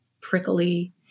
prickly